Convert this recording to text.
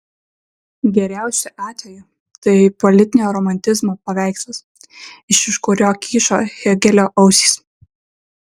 geriausiu atveju tai politinio romantizmo paveikslas iš už kurio kyšo hėgelio ausys